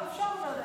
טוב, אפשר.